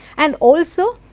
and also